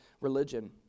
religion